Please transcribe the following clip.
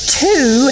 two